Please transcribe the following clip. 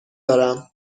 دارم